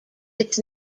its